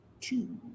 two